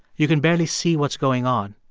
you can barely see what's going on.